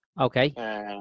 Okay